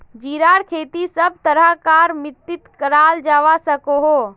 जीरार खेती सब तरह कार मित्तित कराल जवा सकोह